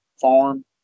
farm